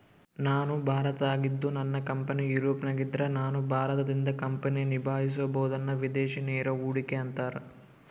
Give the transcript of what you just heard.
ನಾನು ಭಾರತದಾಗಿದ್ದು ನನ್ನ ಕಂಪನಿ ಯೂರೋಪ್ನಗಿದ್ದ್ರ ನಾನು ಭಾರತದಿಂದ ಕಂಪನಿಯನ್ನ ನಿಭಾಹಿಸಬೊದನ್ನ ವಿದೇಶಿ ನೇರ ಹೂಡಿಕೆ ಅಂತಾರ